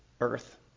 earth